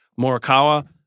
Morikawa